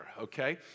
okay